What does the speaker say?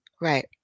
Right